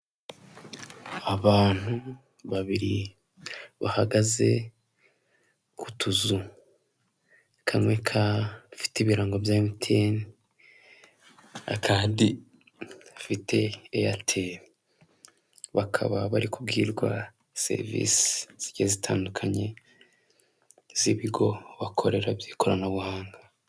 Abantu, babiri bahagaze ku tuzu, kamwe kafite ibirango bya emutiyeni akandi gafite eyatere bakaba bari kubwirwa serivisi zigiye zitandukanye z'ibigo bakorera by'ikoranabuhanga.